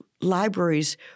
libraries